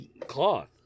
cloth